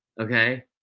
Okay